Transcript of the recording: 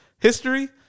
history